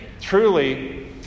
truly